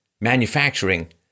manufacturing